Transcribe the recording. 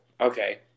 okay